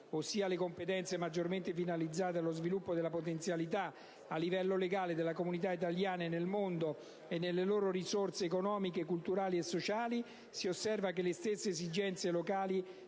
ossia le competenze maggiormente finalizzate allo sviluppo delle potenzialità a livello locale delle comunità italiane nel mondo e delle loro risorse economiche, culturali e sociali, osservo che le stesse esigenze locali